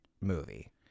movie